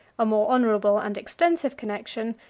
a more honorable and extensive connection,